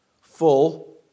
full